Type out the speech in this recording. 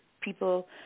people